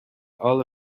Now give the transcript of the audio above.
all